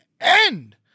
end